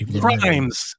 crimes